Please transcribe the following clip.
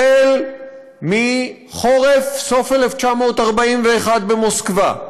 החל בחורף בסוף 1941 במוסקבה,